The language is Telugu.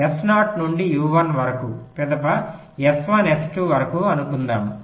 S0 నుండి U1 వరకు పిదప S1 S2 వరకు అనుకుందాము